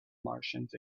martians